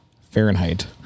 Fahrenheit